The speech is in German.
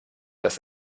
das